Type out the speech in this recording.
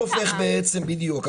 בדיוק,